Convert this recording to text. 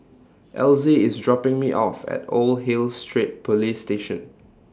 Elzy IS dropping Me off At Old Hill Street Police Station